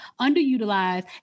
underutilized